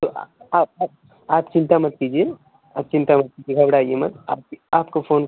तो आप आप चिंता मत कीजिए आप चिंता मत कीजिएगा घबराइए मत आप आपको फोन